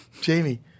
Jamie